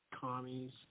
commies